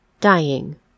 dying